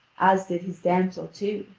as did his damsel too.